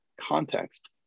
context